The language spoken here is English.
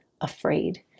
afraid